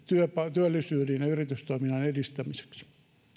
työllisyyden ja ja yritystoiminnan edistämiseksi